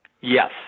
Yes